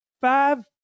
five